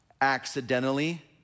accidentally